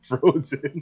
frozen